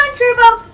turbo.